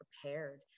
prepared